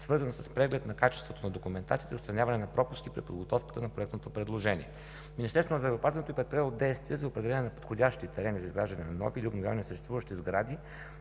свързана с преглед на качеството на документацията и отстраняване на пропуските при подготовката на проектното предложение. Министерството на здравеопазването е предприело действия за определяне на подходящи терени за изграждане на нови или обновяване на съществуващи сгради